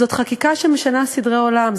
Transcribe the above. זאת חקיקה שמשנה סדרי עולם,